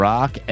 Rock